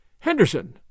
Henderson